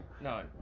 No